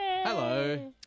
Hello